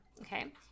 Okay